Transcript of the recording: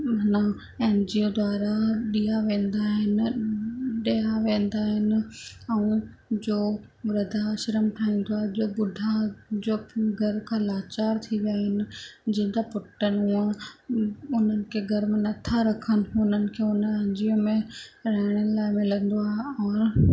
N NGO द्वारा ॾिना वेंदा आहिनि ॾिना वेंदा आहिनि ऐं जो वृध आश्रम ठाहींदो आहे जो ॿुढा जो घर खां लाचारु थी विया आहिनि जंहिंजा पुटु नूंहं उन्हनि खे घर में नथा रखनि उन्हनि खे उन एनजीओ में रहण लाइ मिलंदो आहे और